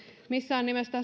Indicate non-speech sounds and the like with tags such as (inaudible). missään nimessä (unintelligible)